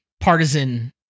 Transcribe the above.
partisan